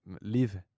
live